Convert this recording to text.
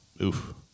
Oof